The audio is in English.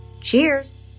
Cheers